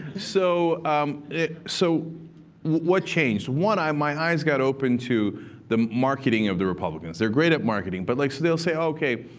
so so what changed? one, my eyes got open to the marketing of the republicans. they're great at marketing. but like so they'll say, ok,